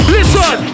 Listen